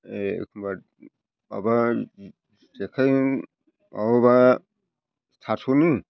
एखनबा माबा जेखाइजों माबाबा सारस'नो